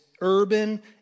urban